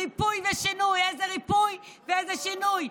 ריפוי ושינוי, איזה ריפוי ואיזה שינוי?